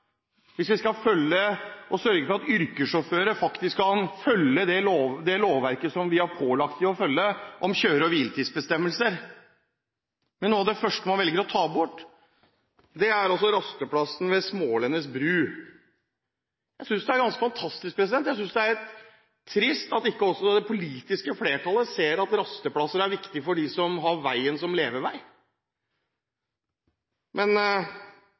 hvis vi skal sørge for at yrkessjåførene kan følge det lovverket som vi har pålagt dem å følge om kjøre- og hviletidsbestemmelser. Men noe av det første man velger å ta bort, er rasteplassen ved Smaalenene bru. Jeg synes det er ganske fantastisk. Jeg synes det er trist at ikke det politiske flertallet ser at rasteplasser er viktig for dem som har veien som levevei. Men